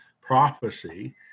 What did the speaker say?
prophecy